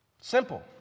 Simple